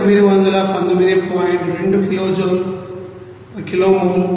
2 kilo joule kilo mole